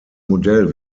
modell